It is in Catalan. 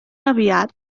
aviat